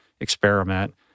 experiment